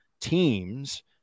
teams